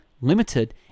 limited